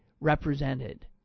represented